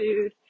food